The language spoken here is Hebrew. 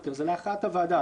זה להכרעת הוועדה.